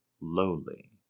lowly